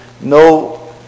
no